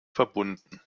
verbunden